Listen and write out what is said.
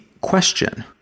question